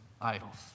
idols